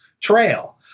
trail